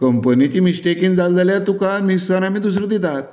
कंपनिच्या मिस्टेकीन जालें जाल्यार तुका मिक्सर आमी दुसरो दितात